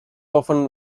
often